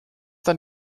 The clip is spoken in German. dann